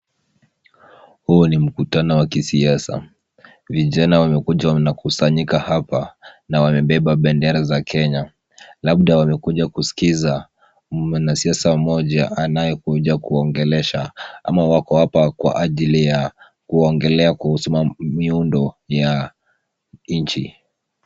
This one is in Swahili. Huu ni mkutano wa kisiasa. Vijana wamekuja na kukusanyika hapa na wamebeba bendera za Kenya. Labda wamekuja kuskiza mwanasiasa mmoja anayekuja kuwaongelesha. Ama wako hapa kwa ajili ya kuongelea kuhusu miundo ya nchi.